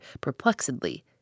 perplexedly